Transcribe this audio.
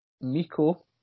Miko